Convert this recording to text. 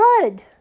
good